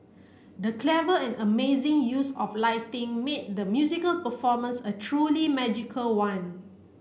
the clever and amazing use of lighting made the musical performance a truly magical one